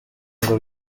ngo